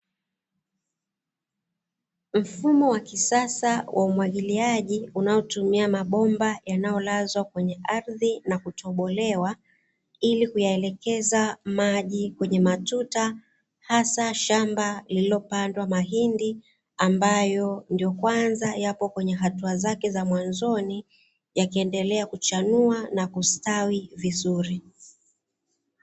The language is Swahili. Mfumo wa kisasa wa umwagiliaji unaotumia mabomba yanayolazwa kwenyue ardhi na kutobolewa, ili kuyaelekeza maji kwenye matuta hasa shamba lililo pandwa mahindi ambayo ndiyo kwanza yapo kwenye hatua zake za mwanzoni yakiendelea kuchanua na kustawi vizuri.